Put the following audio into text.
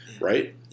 Right